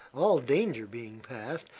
all danger being past,